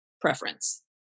preference